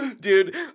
Dude